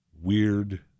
weird